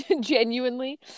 genuinely